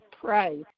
pray